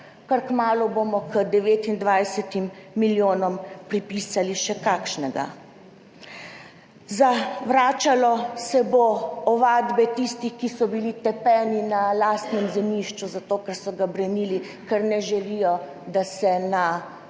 kar kmalu bomo k 29 milijonom pripisali še kakšnega. Zavračalo se bo ovadbe tistih, ki so bili tepeni na lastnem zemljišču zato, ker so ga branili, ker ne želijo, da se na